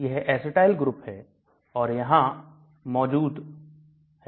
यह acetyl group है और यहां मौजूद है